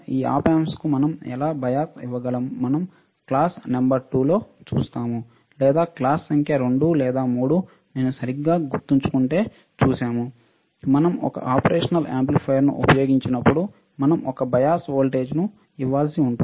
ఈ ఆప్ ఆంప్స్కు మనం ఎలా బయాస్ ఇవ్వగలం మనం క్లాస్ నంబర్ 2 లో చూస్తాము లేదా క్లాస్ సంఖ్య 2 లేదా 3 నేను సరిగ్గా గుర్తుంచుకుంటే చూసాము మనం ఒక ఆపరేషనల్ యాంప్లిఫైయర్ను ఉపయోగించినప్పుడు మనం ఒక బయాస్ వోల్టేజ్ ఇవ్వాల్సి ఉంటుంది